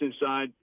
inside